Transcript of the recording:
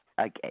Okay